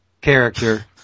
character